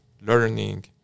learning